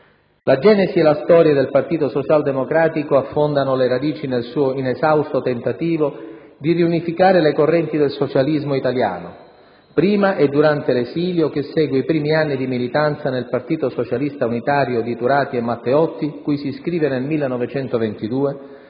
La genesi e la storia del Partito socialdemocratico affondano le radici nel suo inesausto tentativo di riunificare le correnti del socialismo italiano prima e durante l'esilio che segue i primi anni di militanza nel Partito socialista unitario di Turati e Matteotti, cui si iscrive nel 1922,